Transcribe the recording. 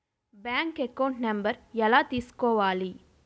Bank account number ఎలా తీసుకోవాలి?